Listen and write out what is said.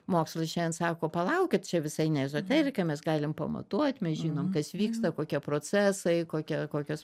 mokslas šiandien sako palaukit čia visai ne ezoterika mes galim pamatuot mes žinom kas vyksta kokie procesai kokia kokios